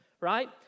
right